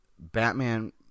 Batman